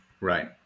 Right